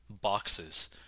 boxes